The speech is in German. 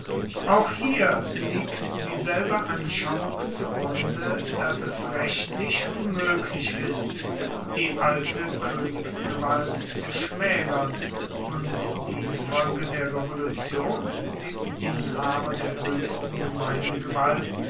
auch hier liegt dieselbe anschauung zu grunde dass es rechtlich unmoeglich ist die alte koenigsgewalt zu schmaelern und die infolge der revolution dem inhaber der hoechsten